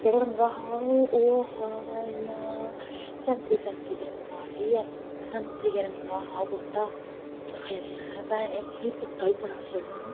केहड़े रंगे दा हा ओह् हा इयां सतंरी संतरी रंगे दा ठीक ऐ संतरी रंगे दा हा ओह् कुर्ता आक्खन लगे भैने एह् कुर्ता बी बड़ा सोह्ना